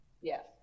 yes